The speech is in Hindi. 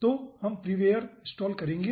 तो हम फ्रीवेयर इनस्टॉल करेंगे